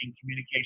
communication